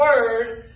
Word